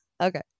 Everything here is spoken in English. Okay